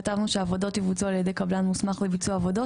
כתבנו שהעבודות יבוצעו על ידי קבלן מוסמך לביצוע עבודות